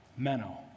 Menno